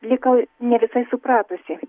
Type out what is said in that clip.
likau ne visai supratusi